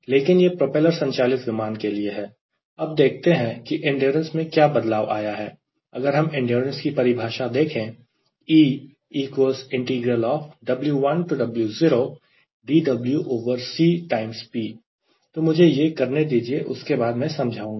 लेकिन यह प्रोपेलर संचालित विमान के लिए है अब देखते हैं कि एंड्योरेंस में क्या बदलाव आया है अगर हम एंड्योरेंस की परिभाषा देखें तो मुझे यह करने दीजिए उसके बाद में समझाऊंगा